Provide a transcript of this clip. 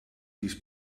his